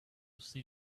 see